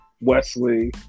Wesley